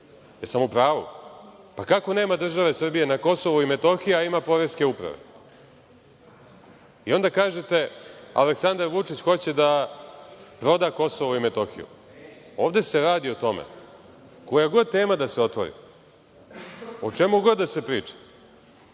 Jesam li u pravu? Pa, kako nema države Srbije na Kosovu i Metohiji, a ima poreske uprave? Onda kažete – Aleksandar Vučić hoće da proda Kosovo i Metohiju. Ovde se radi o tome da koja god tema da se otvori, o čemu god da se priča,